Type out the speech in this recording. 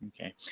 Okay